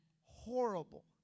horrible